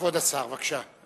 כבוד השר, בבקשה.